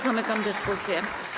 Zamykam dyskusję.